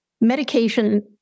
medication